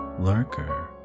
lurker